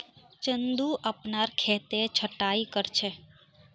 चंदू अपनार खेतेर छटायी कर छ